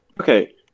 okay